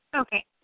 okay